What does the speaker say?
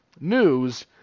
news